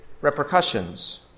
repercussions